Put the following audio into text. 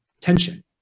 tension